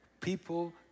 People